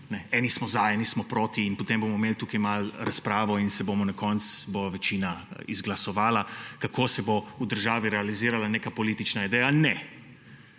eni smo za, eni smo proti in potem bomo imeli tukaj malo razpravo in bo na koncu večina izglasovala, kako se bo v državi realizirala neka politična ideja. Ne.